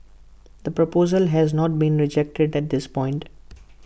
the proposal has not been rejected at this point